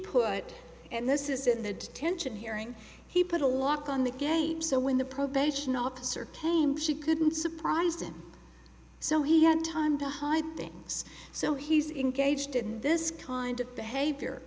put and this is in the detention hearing he put a lock on the gate so when the probation officer came she couldn't surprised him so he had time to hide things so he's engaged in this kind of behavior